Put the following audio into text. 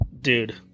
dude